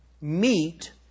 meet